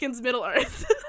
Middle-earth